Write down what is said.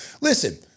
listen